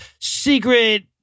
secret